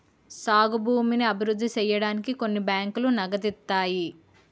సాగు భూమిని అభివృద్ధి సేయడానికి కొన్ని బ్యాంకులు నగదిత్తాయి